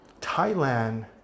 Thailand